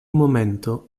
momento